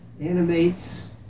animates